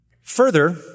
Further